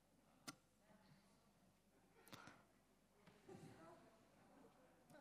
אחריה, חברת הכנסת איילת שקד, אם תגיע.